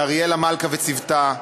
לאריאלה מלכה וצוותה,